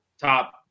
top –